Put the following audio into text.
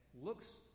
looks